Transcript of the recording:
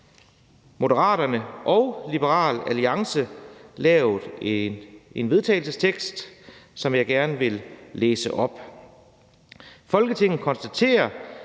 Moderaterne og Liberal Alliance, lavet en vedtagelsestekst, som jeg gerne vil læse op: Forslag til vedtagelse